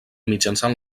mitjançant